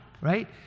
right